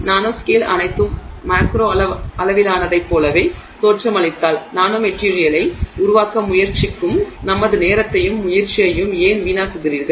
nanoscale அனைத்தும் micro அளவிலானதைப் போலவே தோற்றமளித்தால் நானோமெட்டிரியலை உருவாக்க முயற்சிக்கும் நமது நேரத்தையும் முயற்சியையும் ஏன் வீணாக்குகிறீர்கள்